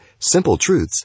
simpletruths